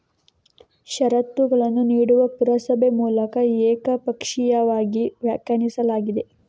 ಷರತ್ತುಗಳನ್ನು ನೀಡುವ ಪುರಸಭೆ ಮೂಲಕ ಏಕಪಕ್ಷೀಯವಾಗಿ ವ್ಯಾಖ್ಯಾನಿಸಲಾಗಿದೆ